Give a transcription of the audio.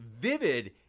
vivid